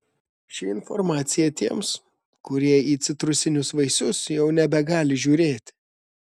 ši informacija tiems kurie į citrusinius vaisius jau nebegali žiūrėti